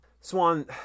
Swan